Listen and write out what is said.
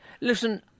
Listen